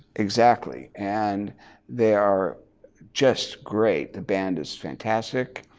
exactly, and they are just great. the band is fantastic.